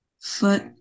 foot